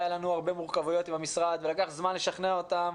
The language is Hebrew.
היה לנו הרבה מורכבויות עם המשרד ולקח זמן לשכנע אותם.